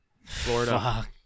Florida